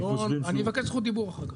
אני אבקש זכות דיבור אחר כך,